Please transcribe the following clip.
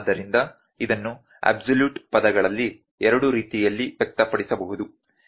ಆದ್ದರಿಂದ ಇದನ್ನು ಅಬ್ಸಲ್ಯೂಟ್ ಪದಗಳಲ್ಲಿ ಎರಡೂ ರೀತಿಯಲ್ಲಿ ವ್ಯಕ್ತಪಡಿಸಬಹುದು